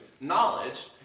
knowledge